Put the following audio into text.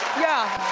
yeah.